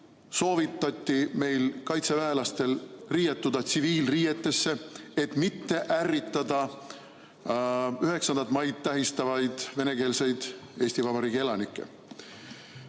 soovitati 9. mail meie kaitseväelastel riietuda tsiviilriietesse, et mitte ärritada 9. maid tähistavaid venekeelseid Eesti Vabariigi elanikke.